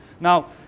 Now